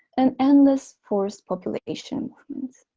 and endless forced population moves